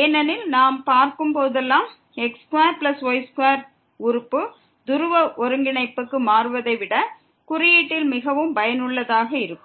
ஏனெனில் நாம் பார்க்கும் போதெல்லாம் x2y2 உறுப்பு துருவ ஒருங்கிணைப்புக்கு மாறுவதை விட குறியீட்டில் மிகவும் பயனுள்ளதாக இருக்கும்